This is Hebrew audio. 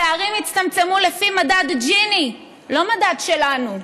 הפערים הצטמצמו, לפי מדד ג'יני, לא מדד שלנו,